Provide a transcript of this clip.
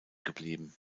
geblieben